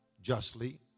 justly